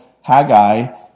Haggai